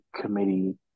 committee